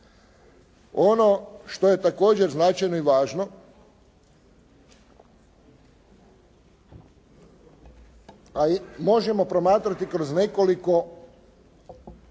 Ono što je također značajno i važno, a i možemo promatrati kroz nekoliko